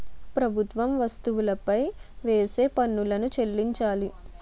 ప్రభుత్వం వస్తువులపై వేసే పన్నులను చెల్లించాలి